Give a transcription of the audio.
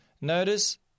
Notice